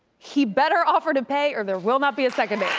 he better offer to pay or there will not be a second